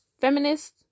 feminist